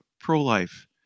pro-life